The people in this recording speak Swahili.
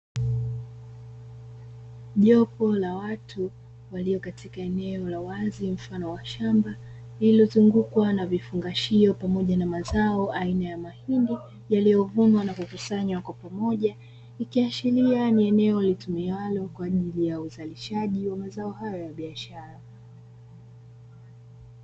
Jopo la watu walio katika eneo la wazi mfano wa shamba, lililozungukwa na vifungashio pamoja na mazao, aina ya mahindi yaliyovunwa na kukusanywa kwa pamoja, ikiashiria ni eneo litumiwalo kwa ajili ya uzalishaji wa mazao hayo ya biashara.